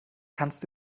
kannst